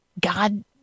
God